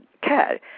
care